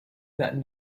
that